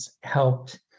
helped